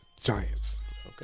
Giants